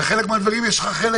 ובחלק מהדברים יש לך גם חלק,